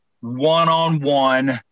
one-on-one